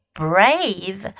brave